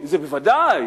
בוודאי.